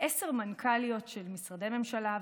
עשר מנכ"ליות של משרדי ממשלה,